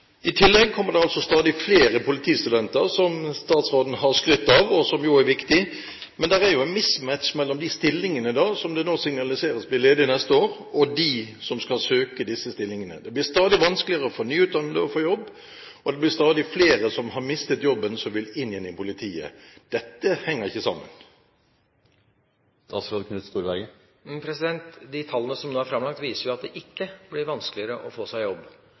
I tillegg kommer det altså stadig flere politistudenter, som statsråden har skrytt av, og som jo er viktig, men det er jo en mismatch mellom de stillingene det nå signaliseres blir ledige neste år, og de som skal søke disse stillingene. Det blir stadig vanskeligere for nyutdannede å få jobb, og det blir stadig flere som har mistet jobben, som vil inn igjen i politiet. Dette henger ikke sammen. De tallene som nå er framlagt, viser at det ikke blir vanskeligere å få seg jobb.